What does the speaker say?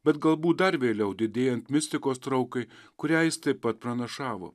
bet galbūt dar vėliau didėjant mistikos traukai kurią jis taip pat pranašavo